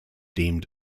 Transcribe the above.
deemed